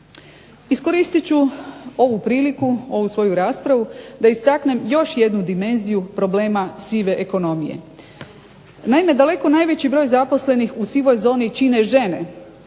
Iskoristit ću ovu priliku, ovu svoju raspravu, da istaknem još jednu dimenziju problema sive ekonomije. Naime, daleko najveći broj zaposlenih u sivoj zoni čine žene,